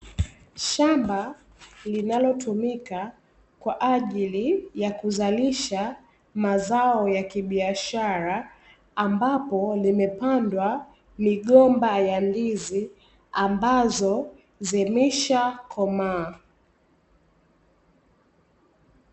Shamba linalotumika kwa ajili ya kuzalisha mazao ya kibiashara ambapo limepandwa migomba ya ndizi ambazo zimesha komaa.